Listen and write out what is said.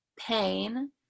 pain